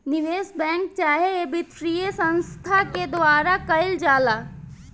निवेश बैंक चाहे वित्तीय संस्थान के द्वारा कईल जाला